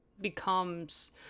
becomes